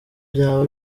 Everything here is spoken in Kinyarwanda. byaba